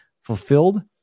fulfilled